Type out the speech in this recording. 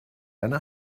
eine